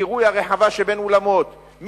קירוי הרחבה שבין האולמות,